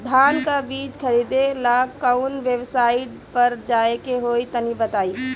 धान का बीज खरीदे ला काउन वेबसाइट पर जाए के होई तनि बताई?